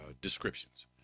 descriptions